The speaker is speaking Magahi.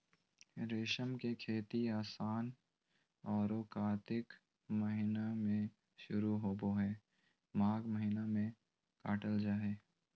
रेशम के खेती आशिन औरो कार्तिक महीना में शुरू होबे हइ, माघ महीना में काटल जा हइ